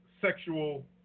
sexual